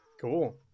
Cool